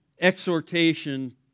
exhortation